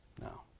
No